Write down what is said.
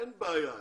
אין בעיה.